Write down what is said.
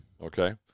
Okay